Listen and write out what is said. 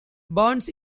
burns